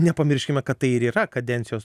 nepamirškime kad tai ir yra kadencijos